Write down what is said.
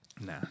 Nah